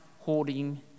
hoarding